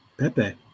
Pepe